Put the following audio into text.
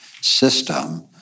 system